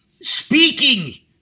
speaking